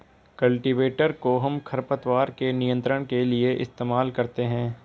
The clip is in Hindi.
कल्टीवेटर कोहम खरपतवार के नियंत्रण के लिए इस्तेमाल करते हैं